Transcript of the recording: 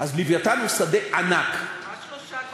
אז "לווייתן" הוא שדה ענק, ממש שלושה גורמים.